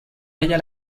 halla